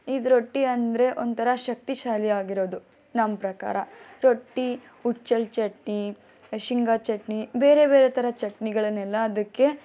ಇದು ರೊಟ್ಟಿ ಅಂದರೆ ಒಂಥರ ಶಕ್ತಿಶಾಲಿಯಾಗಿರೋದು ನಮ್ಮ ಪ್ರಕಾರ ರೊಟ್ಟಿ ಹುಚ್ಚೆಳ್ ಚಟ್ನಿ ಶೇಂಗಾ ಚಟ್ನಿ ಬೇರೆ ಬೇರೆ ತರ ಚಟ್ನಿಗಳನ್ನೆಲ್ಲ ಅದಕ್ಕೆ